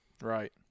Right